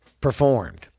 performed